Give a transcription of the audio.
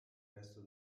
resto